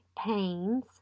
pains